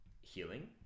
healing